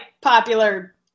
popular